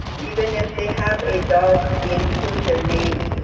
even if they have a dog, we include their name.